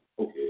Okay